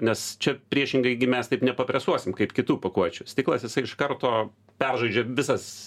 nes čia priešingai gi mes taip nepapresuosim kaip kitų pakuočių stiklas jisai iš karto peržaidžia visas